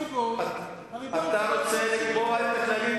זאת הסמכות שלך,